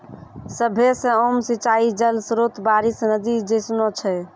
सभ्भे से आम सिंचाई जल स्त्रोत बारिश, नदी जैसनो छै